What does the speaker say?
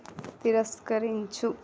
తిరస్కరించు